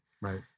Right